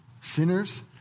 Sinners